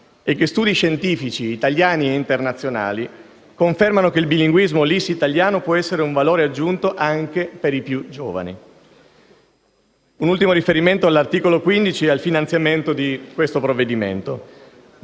e che studi scientifici italiani e internazionali confermano che il bilinguismo LIS-italiano può essere un valore aggiunto anche per i più giovani. Un ultimo riferimento all'articolo 15 ed al finanziamento di questo provvedimento.